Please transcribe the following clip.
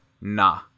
nah